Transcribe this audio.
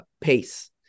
pace